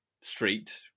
street